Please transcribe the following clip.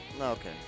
Okay